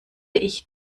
ich